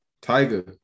Tiger